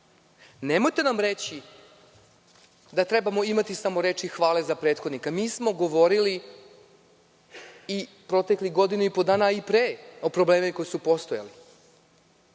svega. Nemojte nam reći da trebamo imati samo reči hvale za prethodnika. Mi smo govorili i proteklih godinu i po dana, a i pre o problemima koji su postojali.